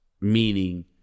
meaning